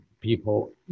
people